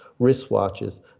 wristwatches